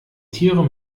tiere